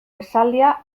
esaldia